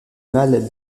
mal